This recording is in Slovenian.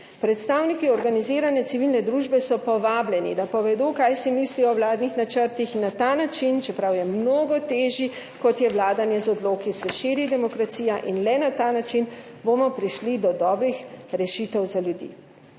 Predstavniki organizirane civilne družbe so povabljeni, da povedo, kaj si mislijo o vladnih načrtih in na ta način, čeprav je mnogo težji, kot je vladanje z odloki, se širi demokracija in le na ta način bomo prišli do dobrih rešitev za ljudi.